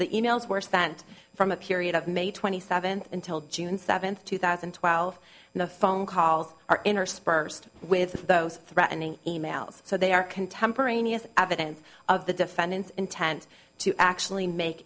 the e mails were spent from a period of may twenty seventh until june seventh two thousand and twelve no phone calls are interspersed with those threatening e mails so they are contemporaneous evidence of the defendant's intent to actually make